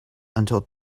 until